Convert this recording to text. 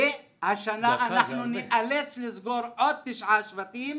השנה אנחנו נאלץ לסגור עוד תשעה שבטים